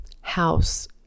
house